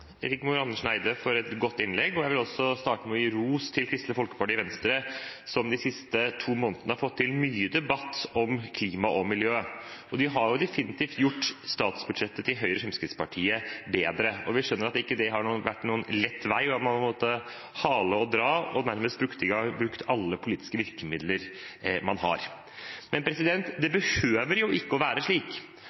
Rigmor Andersen Eide for et godt innlegg. Jeg vil starte med å gi ros til Kristelig Folkeparti og Venstre som de siste to månedene har fått til mye debatt om klima og miljø. De har definitivt gjort statsbudsjettet til Høyre og Fremskrittspartiet bedre. Vi skjønner at det ikke har vært noen lett vei, og at man har måttet hale og dra og nærmest brukt alle politiske virkemidler man har. Det behøver jo ikke å være slik.